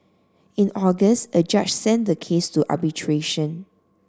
in August a judge sent the case to arbitration